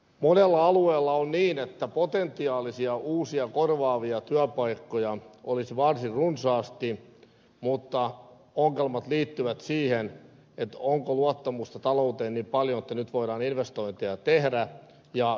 monella alueella on niin että potentiaalisia uusia korvaavia työpaikkoja olisi varsin runsaasti mutta ongelmat liittyvät siihen onko luottamusta talouteen niin paljon että nyt voidaan investointeja tehdä ja saadaanko rahoitus järjestymään